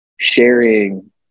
sharing